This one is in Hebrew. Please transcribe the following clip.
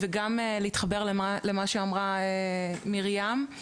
וגם להתחבר למה שאמרה מרים.